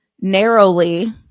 narrowly